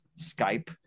Skype